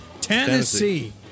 Tennessee